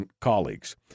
colleagues